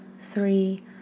three